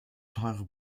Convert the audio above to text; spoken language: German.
teure